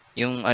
yung